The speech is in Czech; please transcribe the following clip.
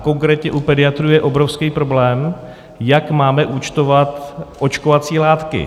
Konkrétně u pediatrů je obrovský problém, jak máme účtovat očkovací látky.